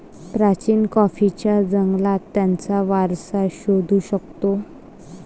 प्राचीन कॉफीच्या जंगलात त्याचा वारसा शोधू शकतो